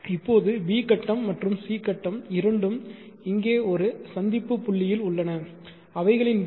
இப்போது b கட்டம் மற்றும் c கட்டம் இரண்டும் இங்கே ஒரு சந்திப்பு புள்ளியில் உள்ளன அவைகளின் வீச்சு 0